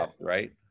right